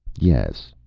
yes,